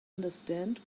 understand